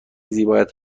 زیبایت